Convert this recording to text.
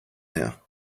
now